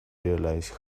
realize